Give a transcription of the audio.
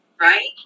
Right